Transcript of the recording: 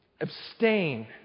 Abstain